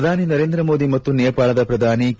ಪ್ರಧಾನಿ ನರೇಂದ್ರ ಮೋದಿ ಮತ್ತು ನೇಪಾಳದ ಪ್ರಧಾನಿ ಕೆ